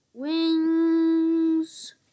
Wings